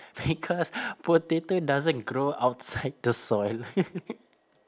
because potato doesn't grow outside the soil